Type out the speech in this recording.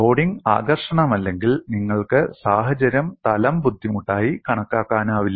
loading ആകർഷകമല്ലെങ്കിൽ നിങ്ങൾക്ക് സാഹചര്യം തലം ബുദ്ധിമുട്ടായി കണക്കാക്കാനാവില്ല